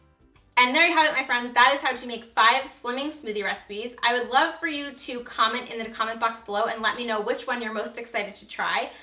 and there you have it, my friends, that is how to make five slimming smoothie recipes. i would love for you to comment in the comment box below and let me know which one you're most excited to try.